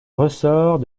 ressort